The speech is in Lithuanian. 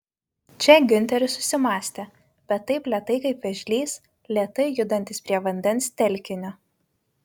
čia giunteris susimąstė bet taip lėtai kaip vėžlys lėtai judantis prie vandens telkinio